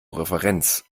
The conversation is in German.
referenz